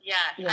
Yes